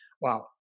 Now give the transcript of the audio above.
wow